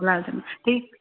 ठीकु